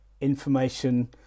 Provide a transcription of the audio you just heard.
information